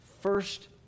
first